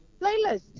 playlist